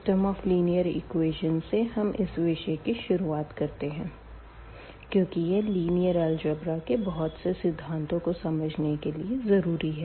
system of linear equations से हम इस विषय की शुरुआत करते है क्यूंकि यह लिनीयर अल्ज़ेबरा के बहुत से सिद्धांतों को समझने के लिए जरूरी है